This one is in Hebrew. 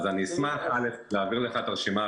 אז אני אשמח להעביר לך את הרשימה.